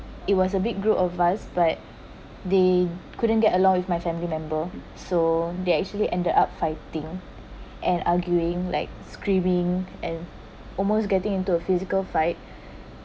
it was a big group of us but they couldn't get along with my family member so they actually ended up fighting and arguing like screaming and almost getting into a physical fight